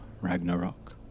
Ragnarok